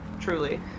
truly